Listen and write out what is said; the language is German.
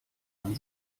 man